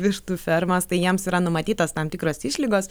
vištų fermas tai jiems yra numatytos tam tikros išlygos